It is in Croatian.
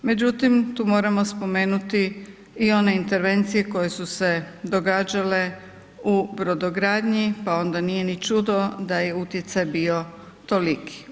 Međutim tu moramo spomenuti i one intervencije koje su se događale u brodogradnji pa onda nije ni čudo da je utjecaj bio toliki.